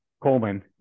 Coleman